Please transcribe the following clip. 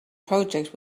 project